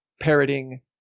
parroting